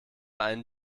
einen